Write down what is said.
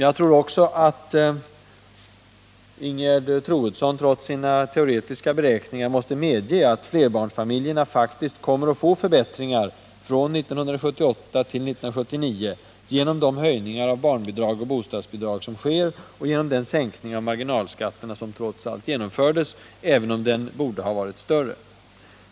Jag tror också att Ingegerd Troedsson — trots sina teoretiska beräkningar — måste medge att flerbarnsfamiljerna faktiskt kommer att få förbättringar från 1978 till 1979 genom de höjningar av barnbidrag och bostadsbidrag som sker, och genom den sänkning av marginalskatterna som trots allt har genomförts, även om den borde ha varit större.